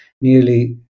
nearly